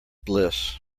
bliss